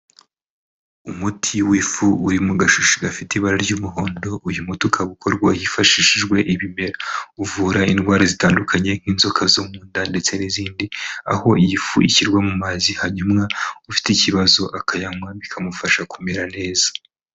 Umuti w'ifu uri mu gashashi gafite ibara ry'umuhondo, uyu muti ukaba ukorwa hifashishijwe ibimera, uvura indwara zitandukanye, nk'inzoka zo mu nda ndetse n'izindi, aho iyi fu ishyirwa mu mazi hanyuma ufite ikibazo akayanywa bikamufasha kumera neza.